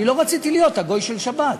אני לא רציתי להיות הגוי של שבת.